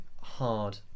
hard